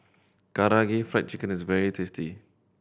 Karaage Fried Chicken is very tasty